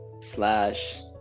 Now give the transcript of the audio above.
slash